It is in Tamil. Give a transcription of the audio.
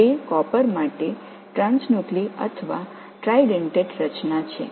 இது காப்பருக்கான ஒரு ட்ரைனுக்லியை அல்லது ட்ரைடென்டேட் கட்டமைப்பாகும்